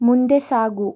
ಮುಂದೆ ಸಾಗು